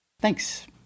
Thanks